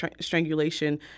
strangulation